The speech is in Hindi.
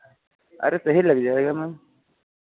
अरे सही लग जाएगा मैम